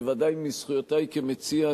בוודאי מזכויותי כמציע,